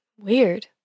Weird